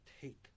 take